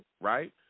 right